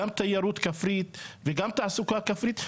גם תיירות כפרית וגם תעסוקה כפרית.